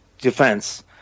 defense